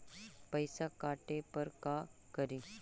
पैसा काटे पर का करि?